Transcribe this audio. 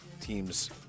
teams